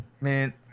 Man